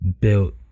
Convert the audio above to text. built